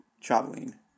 traveling